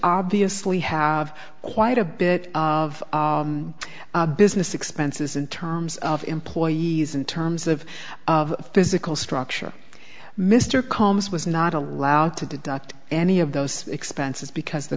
obviously have quite a bit of business expenses in terms of employees in terms of of physical structure mr combs was not allowed to deduct any of those expenses because the